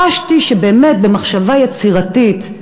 חשתי שבאמת במחשבה יצירתית,